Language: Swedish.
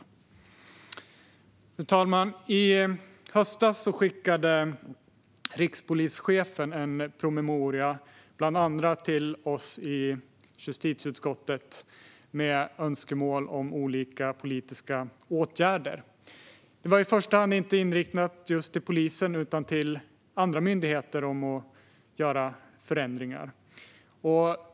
Fru talman! I höstas skickade rikspolischefen en promemoria, bland annat till oss i justitieutskottet, med önskemål om olika politiska åtgärder. Den var i första hand inte riktad till polisen utan till andra myndigheter om att göra förändringar.